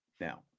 now